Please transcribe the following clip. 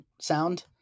sound